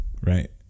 Right